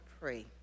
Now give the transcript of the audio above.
pray